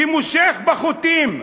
שמושך בחוטים,